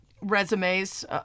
resumes